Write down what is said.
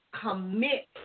commit